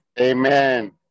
Amen